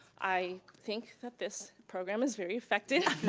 i think that this program is very effective.